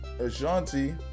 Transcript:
Ashanti